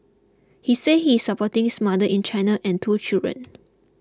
he said he is supporting his mother in China and two children